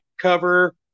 cover